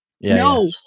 No